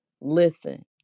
listen